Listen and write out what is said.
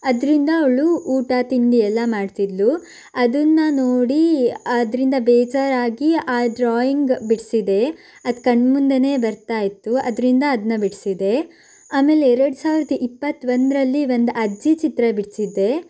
ಅದರಿಂದ ಅವಳು ಊಟ ತಿಂಡಿ ಎಲ್ಲ ಮಾಡ್ತಿದ್ಲು ಅದನ್ನು ನೋಡಿ ಅದರಿಂದ ಬೇಜಾರಾಗಿ ಆ ಡ್ರಾಯಿಂಗ್ ಬಿಡಿಸಿದೆ ಅದು ಕಣ್ಣ ಮುಂದೆಯೇ ಬರ್ತಾ ಇತ್ತು ಅದರಿಂದ ಅದನ್ನ ಬಿಡಿಸಿದೆ ಆಮೇಲೆ ಎರಡು ಸಾವಿರದ ಇಪ್ಪತ್ತ ಒಂದರಲ್ಲಿ ಒಂದು ಅಜ್ಜಿ ಚಿತ್ರ ಬಿಡಿಸಿದ್ದೆ